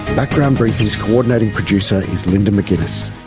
background briefing's co-ordinating producer is linda mcginness.